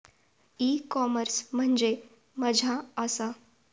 E commerce म्हणजे मझ्या आसा?